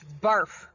Barf